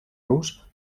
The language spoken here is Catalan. rus